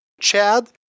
Chad